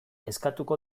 eskatuko